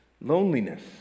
Loneliness